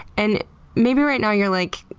and maybe right now, you're like,